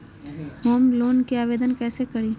Home loan के आवेदन कैसे करि?